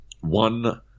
one